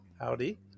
Howdy